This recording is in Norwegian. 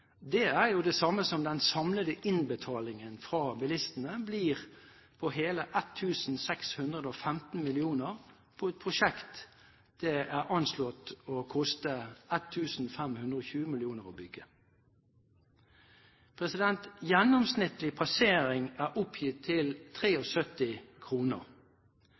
det er jo det samme som den samlede innbetalingen fra bilistene, blir på hele 1 615 mill. kr på et prosjekt det er anslått vil koste 1 520 mill. kr å bygge. Gjennomsnittlig passeringspris er oppgitt til